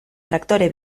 traktore